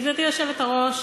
גברתי היושבת-ראש,